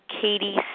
Katie